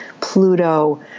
Pluto